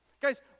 Guys